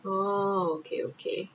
oh okay okay